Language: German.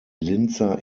linzer